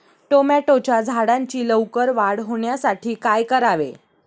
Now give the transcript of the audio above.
टोमॅटोच्या झाडांची लवकर वाढ होण्यासाठी काय करावे?